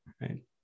right